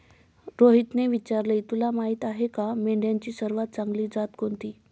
रोहितने विचारले, तुला माहीत आहे का मेंढ्यांची सर्वात चांगली जात कोणती?